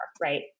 right